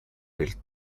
del